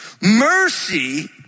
Mercy